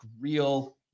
real